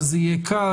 יהיה קל.